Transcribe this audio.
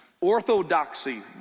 Orthodoxy